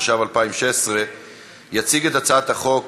התשע"ו 2016. יציג את הצעת החוק,